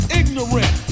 ignorant